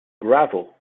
gravel